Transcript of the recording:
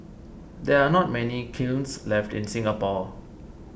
there are not many kilns left in Singapore